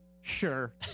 sure